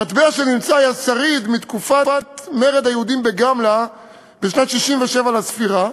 המטבע שנמצא היה שריד מתקופת מרד היהודים בגמלא בשנת 67 לספירה,